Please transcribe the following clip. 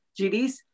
GDs